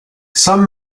some